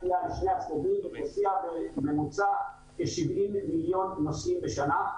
--- נסיעה בממוצע כ-70 מיליון נוסעים בשנה.